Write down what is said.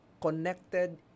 connected